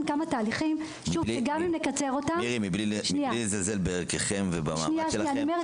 מבלי לזלזל בכם ובמעמד שלכם,